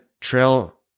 trail